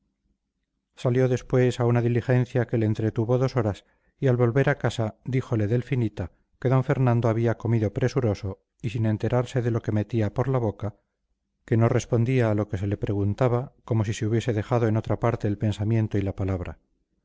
salió después a una diligencia que le entretuvo dos horas y al volver a casa díjole delfinita que d fernando había comido presuroso y sin enterarse de lo que metía por la boca que no respondía a lo que se le preguntaba como si se hubiese dejado en otra parte el pensamiento y la palabra